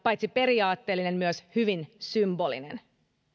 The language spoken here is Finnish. paitsi periaatteellinen myös hyvin symbolinen